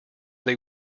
they